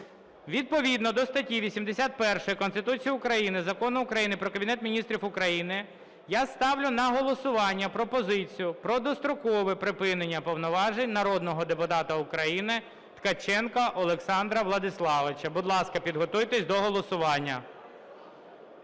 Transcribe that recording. Відповідно до статті 81 Конституції України, Закону України "Про Кабінет Міністрів України" я ставлю на голосування пропозицію про дострокове припинення повноважень народного депутата України Ткаченка Олександра Владиславовича. Будь ласка, підготуйтесь до голосування.